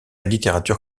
littérature